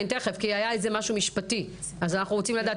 היה איזה משהו משפטי אז אנחנו רוצים לדעת.